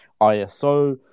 ISO